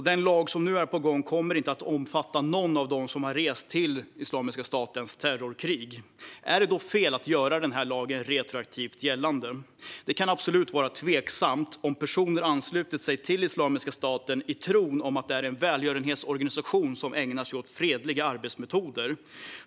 Den lag som nu är på gång kommer därför inte att omfatta någon av dem som har rest till Islamiska statens terrorkrig. Är det då fel att göra lagen retroaktivt gällande? Det kan absolut vara tveksamt om personer har anslutit sig till Islamiska staten i tron att det är en välgörenhetsorganisation som ägnar sig åt fredliga arbetsmetoder.